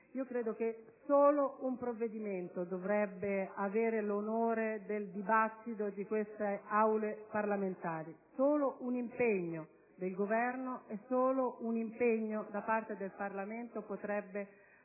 Credo che solo un provvedimento dovrebbe avere l'onore del dibattito di queste Aule parlamentari e solo un impegno del Governo e del Parlamento potrebbe davvero